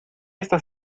estás